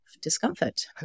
discomfort